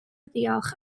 ddiolch